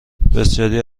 بسیاری